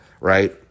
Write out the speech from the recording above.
right